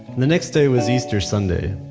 the next day was easter sunday.